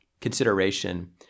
consideration